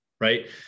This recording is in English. right